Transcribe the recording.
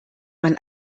man